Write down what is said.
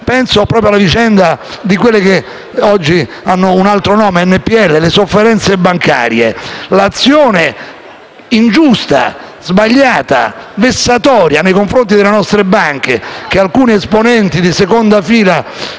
penso alla vicenda degli NPL (che oggi hanno un altro nome), delle sofferenze bancarie. L'azione ingiusta, sbagliata, vessatoria nei confronti delle nostre banche che alcuni esponenti di seconda fila